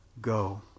go